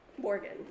Morgan